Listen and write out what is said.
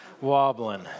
wobbling